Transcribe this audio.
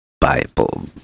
Bible